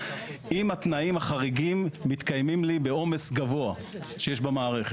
אם התנאים החריגים מתקיימים בעומס גבוה שיש במערכת.